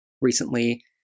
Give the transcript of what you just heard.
recently